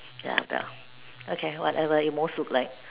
ya bell okay whatever you most look like